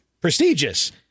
prestigious